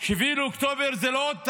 7 באוקטובר זה לא עוד תאריך.